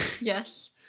Yes